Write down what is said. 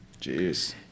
Jeez